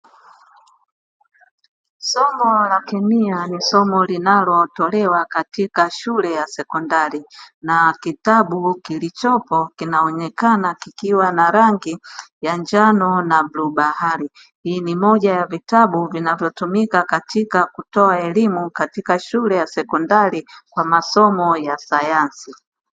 Somo la kemia ni somo linalotolewa katika shule ya sekondari na kitabu kilichopo kinaonekana kikiwa na rangi ya njano na bluu bahari, hii ni moja ya vitabu vinavyotumika katika kutoa elimu katika shule ya sekondari kwa masomo ya sayansi.